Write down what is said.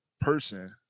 person